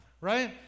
right